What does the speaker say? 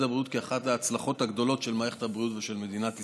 הבריאות כאחת ההצלחות הגדולות של מערכת הבריאות ושל מדינת ישראל.